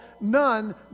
none